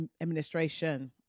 administration